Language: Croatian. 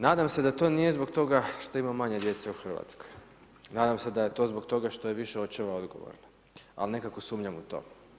Nadam se da to nije zbog toga što ima manje djece u RH, nadam se da je to zbog toga što je više očeva odgovorno, ali nekako sumnjam u to.